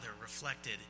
reflected